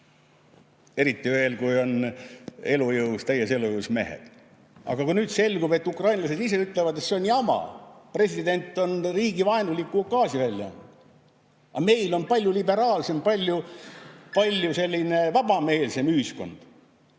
Eriti veel, kui on täies elujõus mehed. Nüüd selgub, et ukrainlased ise ütlevad, et see on jama, president on riigivaenuliku ukaasi välja andnud. Aga meil on palju liberaalsem, palju vabameelsem ühiskond.